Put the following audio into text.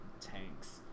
tanks